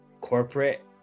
corporate